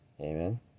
amen